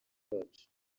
bacu